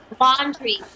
Laundry